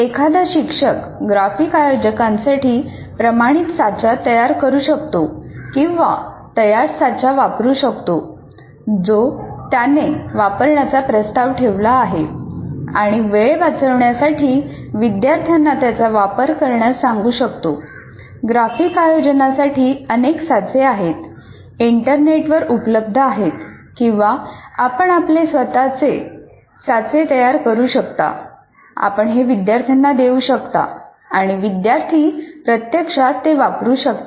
एखादा शिक्षक ग्राफिक आयोजकांसाठी प्रमाणित साचा तयार करू शकतो किंवा तयार साचा वापरू शकतो आपण हे विद्यार्थ्यांना देऊ शकता आणि विद्यार्थी प्रत्यक्षात ते वापरू शकतात